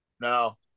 No